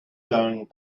going